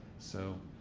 so,